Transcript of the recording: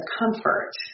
comfort